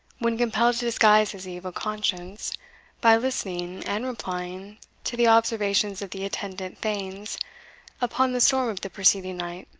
when compelled to disguise his evil conscience by listening and replying to the observations of the attendant thanes upon the storm of the preceding night,